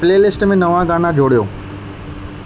playlist मे नवा गाना जोड़ियो